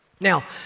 Now